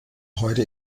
heute